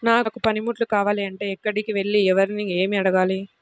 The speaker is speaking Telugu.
నాకు పనిముట్లు కావాలి అంటే ఎక్కడికి వెళ్లి ఎవరిని ఏమి అడగాలి?